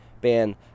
Ban